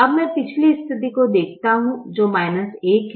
अब मैं पिछली स्थिति को देखता हूं जो 1 है